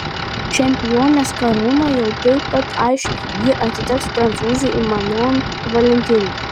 čempionės karūna jau taip pat aiški ji atiteks prancūzei manon valentino